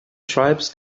tribes